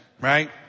Right